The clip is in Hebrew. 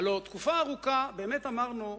הלוא תקופה ארוכה באמת אמרנו: